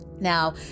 now